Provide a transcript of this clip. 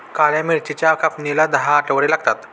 काळ्या मिरीच्या कापणीला दहा आठवडे लागतात